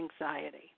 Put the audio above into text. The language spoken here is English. anxiety